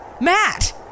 Matt